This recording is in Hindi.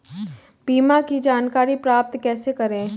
बीमा की जानकारी प्राप्त कैसे करें?